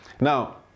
Now